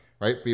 right